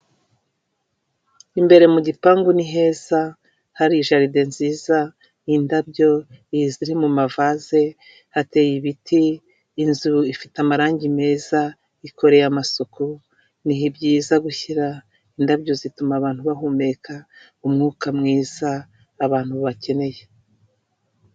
Imbere mu gipangu ni heza hari jaride nziza, indabyo ziri mu mavase hateye ibiti. Inzu ifite amarangi meza ikoreye amasuku nibyiza gushyira indabyo zituma abantu bahumeka umwuka mwiza abantu bakeneye.